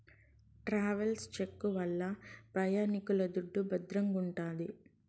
travels cheque వల్ల ప్రయాణికుల దుడ్డు భద్రంగుంటాది